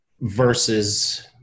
versus